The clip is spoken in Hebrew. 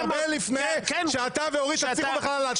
הרבה לפני שאתה ואורית תתחילו בכלל לדאוג להם.